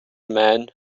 man